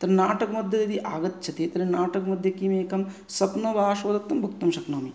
तत् नाटकमध्ये यदि आगच्छति तर्हि नाटकमध्ये किम् एकं स्वप्नवासवदत्तं वक्तुं शक्नोमि